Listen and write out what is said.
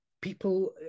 people